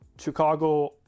Chicago